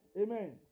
Amen